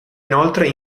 inoltre